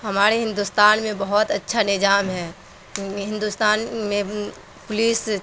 ہمارے ہندوستان میں بہت اچھا نظام ہے ہندوستان میں پولیس